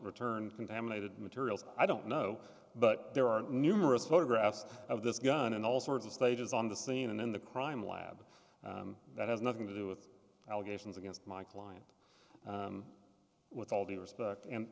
return contaminated materials i don't know but there are numerous photographs of this gun in all sorts of stages on the scene and in the crime lab that has nothing to do with allegations against my client with all due respect and